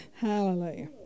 Hallelujah